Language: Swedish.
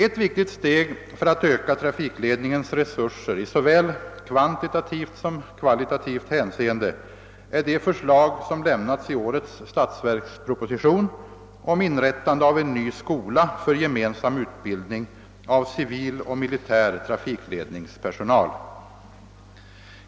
Ett viktigt steg för att öka trafikledningens resurser i såväl kvantitativt som kvalitativt hänseende är det förslag, som lämnats i årets statsverksproposition om inrättande av en ny skola för gemensam utbildning av civil och militär trafikledningspersonal.